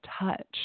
touch